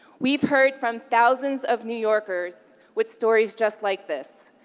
we've heard from thousands of new yorkers with stories just like this.